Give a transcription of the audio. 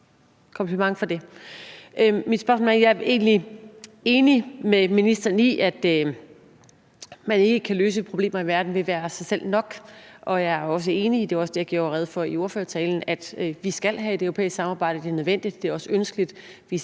kompliment for det. Mit spørgsmål er følgende: Jeg er egentlig enig med ministeren i, at man ikke kan løse problemer i verden ved at være sig selv nok, og jeg er også enig i – det var også det, jeg gjorde rede for i ordførertalen – at vi skal have et europæisk samarbejde; det er nødvendigt, og det er også ønskeligt.